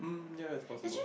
ya it's possible